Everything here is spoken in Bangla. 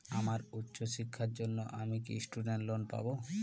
আমার উচ্চ শিক্ষার জন্য আমি কি স্টুডেন্ট লোন পাবো